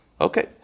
okay